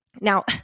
Now